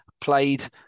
Played